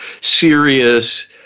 serious